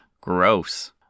Gross